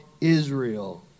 Israel